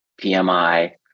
PMI